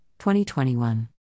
2021